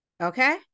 Okay